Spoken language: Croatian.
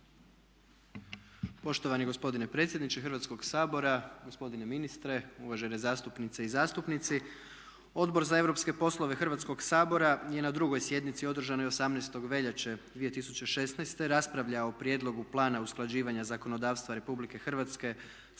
Poštovani gospodine predsjedniče Hrvatskoga sabora, gospodine ministre, uvažene zastupnice i zastupnici. Odbor za europske poslove Hrvatskoga sabora je na drugoj sjednici održanoj 18. veljače 2016. raspravljao o prijedlogu plana usklađivanja zakonodavstva Republike Hrvatske sa